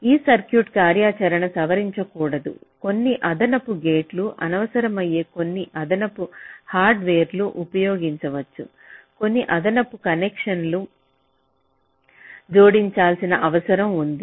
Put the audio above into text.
ఈ సర్క్యూట్ కార్యాచరణను సవరించకూడదు కొన్ని అదనపు గేట్లు అవసరమయ్యే కొన్ని అదనపు హార్డ్వేర్లను ఉపయోగించవచ్చు కొన్ని అదనపు కనెక్షన్లు జోడించాల్సిన అవసరం ఉంది